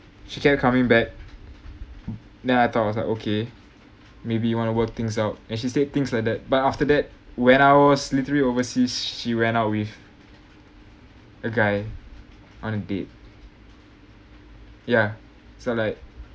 she kept coming back then I thought was like okay maybe you want to work things out and she said things like that but after that when I was literally overseas she went out with a guy on a date ya so like